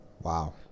Wow